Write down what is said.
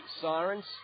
sirens